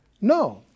no